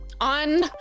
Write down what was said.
on